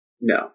No